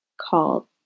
called